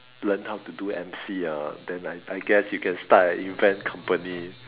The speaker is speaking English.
learn how to do M_C ah then I I guess you can start a event company